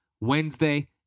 Wednesday